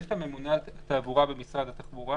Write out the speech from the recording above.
יש את הממונה על התעבורה במשרד התחבורה